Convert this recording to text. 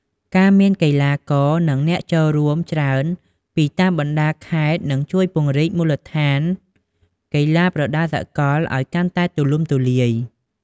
ការមានកីឡាករ និងអ្នកចូលរួមច្រើនពីតាមបណ្តាខេត្ត នឹងជួយពង្រីកមូលដ្ឋានកីឡាប្រដាល់សកលឲ្យកាន់តែទូលំទូលាយ។